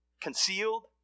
concealed